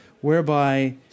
whereby